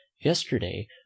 yesterday